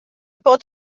bod